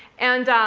and